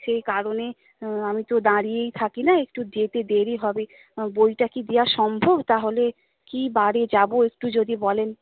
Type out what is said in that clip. সেই কারণে আমি তো দাঁড়িয়েই থাকি না একটু যেতে দেরি হবে বইটা কি দেওয়া সম্ভব তাহলে কী বারে যাব একটু যদি বলেন